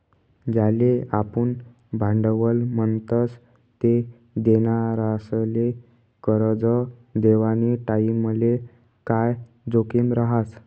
ज्याले आपुन भांडवल म्हणतस ते देनारासले करजं देवानी टाईमले काय जोखीम रहास